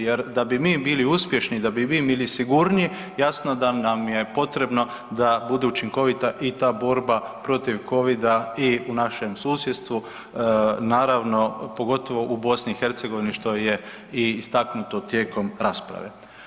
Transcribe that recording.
Jer da bi mi bili uspješni, da bi mi bili sigurniji jasno da nam je potrebno da bude učinkovita i ta borba protiv covida i u našem susjedstvu naravno pogotovo u Bosni i Hercegovini što je i istaknuto tijekom rasprave.